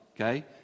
okay